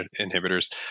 inhibitors